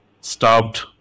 starved